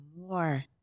more